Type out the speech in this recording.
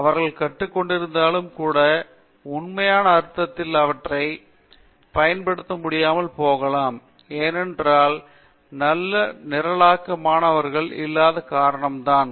அவர்கள் கற்றுக்கொண்டிருந்தாலும் கூட உண்மையான அர்த்தத்தில் அவற்றைப் பயன்படுத்த முடியாமல் போகலாம் ஏனென்றால் நல்ல நிரலாக்க மாணவர்கள் இல்லாத காரணம்தான்